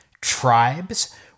tribes